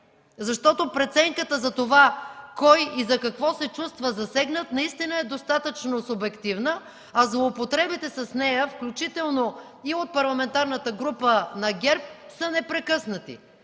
Преценката за това кой и за какво се чувства засегнат наистина е достатъчно субективна, а злоупотребите с нея, включително и от Парламентарната група на ГЕРБ, са непрекъснати.